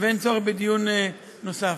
ואין צורך בדיון נוסף.